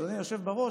אדוני היושב-ראש: